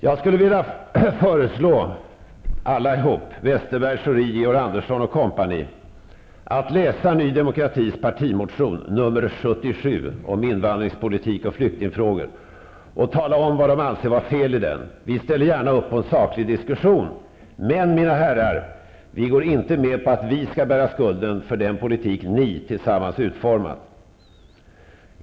Jag skulle vilja föreslå allihop -- Westerberg, Demokratis partimotion nr 77 om invandringspolitik och flyktingfrågor och tala om vad de anser vara fel i den. Vi ställer gärna upp på en saklig diskussion. Men, mina herrar, vi går inte med på att vi skall bära skulden för den politik ni tillsammans har utformat.